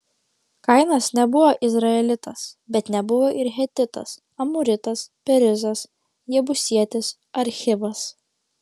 kainas nebuvo izraelitas bet nebuvo ir hetitas amoritas perizas jebusietis ar hivas